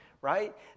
right